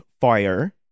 fire